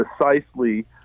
precisely